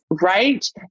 Right